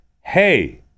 hey